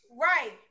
Right